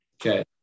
Okay